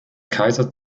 kaiser